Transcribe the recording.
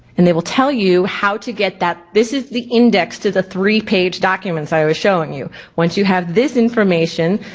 and they will tell you how to get that this is the index to the three page documents i was showing you. once you have this information,